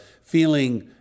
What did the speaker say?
feeling